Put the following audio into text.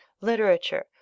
literature